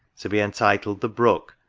to be entitled the brook,